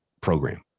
program